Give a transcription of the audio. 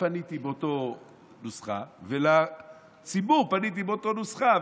פניתי באותה נוסחה ולציבור פניתי באותה נוסחה,